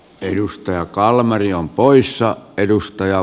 edustajat valmeri on poissa tekemistä